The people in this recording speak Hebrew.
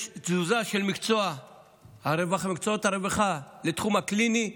יש תזוזה של מקצועות הרווחה לתחום הקליני,